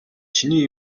чиний